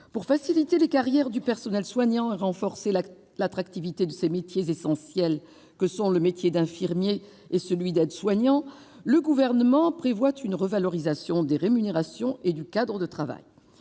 de faciliter les carrières du personnel soignant et de renforcer l'attractivité de ces métiers essentiels que sont ceux d'infirmier et d'aide-soignant, le Gouvernement prévoit une revalorisation des rémunérations et du cadre de travail.